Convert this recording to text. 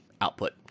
output